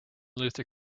luther